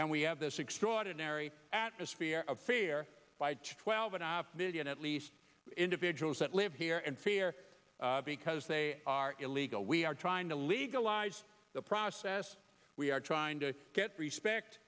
and we have this extraordinary atmosphere of fear twelve and a half million at least individuals that live here and fear because they are illegal we are trying to legalize the process we are trying to get respect